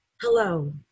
Hello